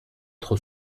trop